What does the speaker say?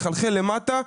לחלחל למטה,